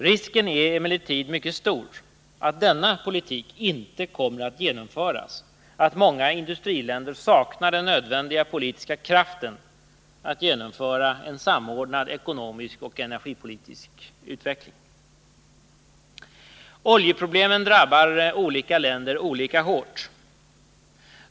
Risken är emellertid mycket stor att denna politik inte kommer att genomföras, att många industriländer saknar den nödvändiga politiska kraften att genomföra en samordnad ekonomisk och energipolitisk utveckling. Oljeproblemen drabbar olika länder olika hårt.